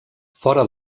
fora